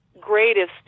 greatest